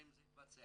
אם זה יתבצע.